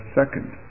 second